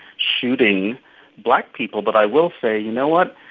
shooting black people. but i will say, you know what?